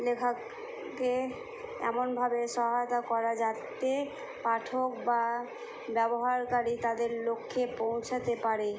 লেখককে এমনভাবে সহায়তা করা যাতে পাঠক বা ব্যবহারকারী তাদের লক্ষ্যে পৌঁছাতে পারে